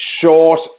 short